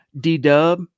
D-Dub